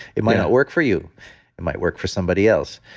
it might not work for you, it might work for somebody else.